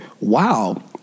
Wow